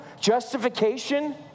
justification